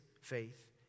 faith